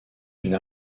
une